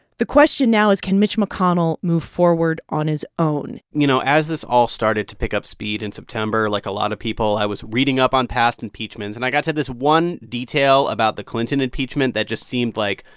the question now is, can mitch mcconnell move forward on his own? you know, as this all started to pick up speed in september, like a lot of people, i was reading up on past impeachments. and i got to this one detail about the clinton impeachment that just seemed, like,